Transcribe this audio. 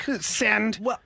Send